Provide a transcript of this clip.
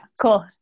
cool